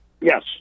Yes